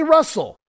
Russell